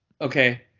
Okay